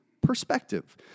perspective